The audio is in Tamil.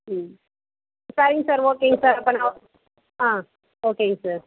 ம் சரிங்க சார் ஓகேங்க சார் அப்போ நான் ஆ ஓகேங்க சார்